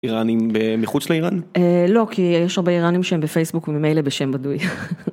איראנים מחוץ לאיראן? לא, כי יש הרבה איראנים שהם בפייסבוק וממילא בשם בדוי.